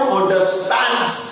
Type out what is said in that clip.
understands